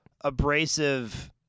abrasive